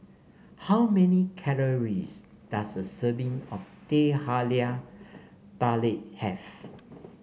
how many calories does a serving of Teh Halia Tarik have